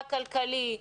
הכלכלי,